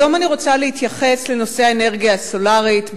היום אני רוצה להתייחס לנושא האנרגיה הסולרית.